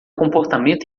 comportamento